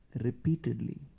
repeatedly